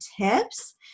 tips